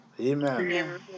Amen